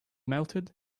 melted